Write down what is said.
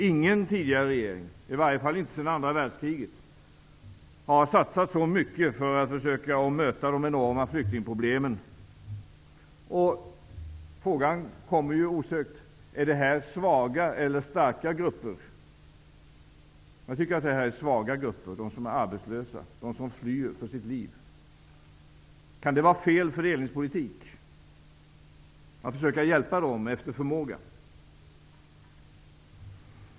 Ingen tidigare regering, i varje fall inte sedan andra världskriget, har satsat så mycket för att försöka möta de enorma flyktingproblemen. Frågan kommer osökt: Är detta svaga eller starka grupper? Jag tycker att det är svaga grupper, de som är arbetslösa, de som flyr för sitt liv. Kan det vara fel fördelningspolitik att försöka hjälpa dem efter förmåga?